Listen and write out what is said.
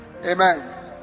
Amen